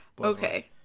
Okay